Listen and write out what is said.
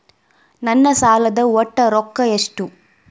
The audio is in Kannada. ನನ್ನ ಸಾಲದ ಒಟ್ಟ ರೊಕ್ಕ ಎಷ್ಟು?